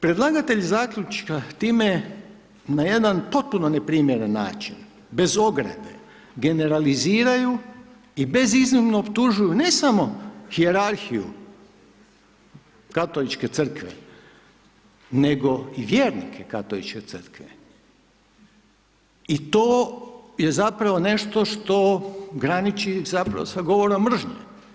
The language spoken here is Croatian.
Predlagatelj zaključka, time je na jedan potpuno neprimjeren način, bez ograde, generaliziraju i beziznimno optužuju, ne samo hijerarhiju Katoličke crkve, nego i vjernike Katoličke crkve i to je zapravo nešto što graniči sa govorom mržnje.